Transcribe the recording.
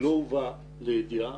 לא הובא לידיעה,